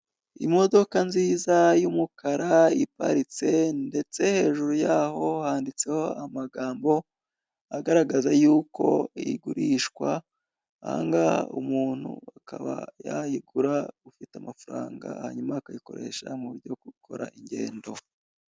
Imodoka nziza y'umukara iparitse ndetse hejuru yaho handitseho amagambo agaragaza yuko igurishwa, aha hanga umuntu akaba yayigura ufite amafaranga hanyuma akayikoresha mu buryo bwogukora ingendo.